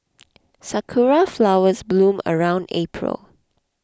sakura flowers bloom around April